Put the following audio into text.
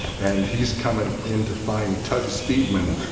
and he's coming in to find tugg speedman.